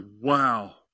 Wow